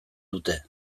dute